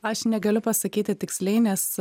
aš negaliu pasakyti tiksliai nes